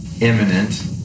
imminent